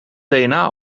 dna